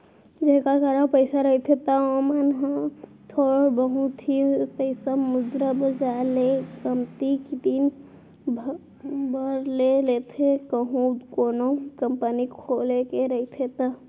जेखर करा पइसा रहिथे त ओमन ह थोर बहुत ही पइसा मुद्रा बजार ले कमती दिन बर ले लेथे कहूं कोनो कंपनी खोले के रहिथे ता